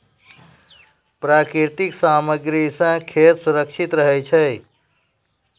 प्राकृतिक सामग्री सें खेत सुरक्षित रहै छै